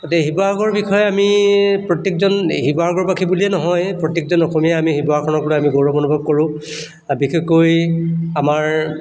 গতিকে শিৱসাগৰৰ বিষয়ে আমি প্ৰত্যেকজন শিৱসাগৰবাসী বুলিয়ে নহয় প্ৰত্যেকজন অসমীয়াই আমি শিৱসাগৰখনক লৈ পেলাই আমি গৌৰৱ অনুভৱ কৰোঁ আৰু বিশেষকৈ আমাৰ